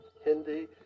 Hindi